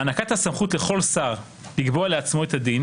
הענקת הסמכות לכל שר לקבוע לעצמו את הדין